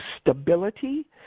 stability